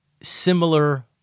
similar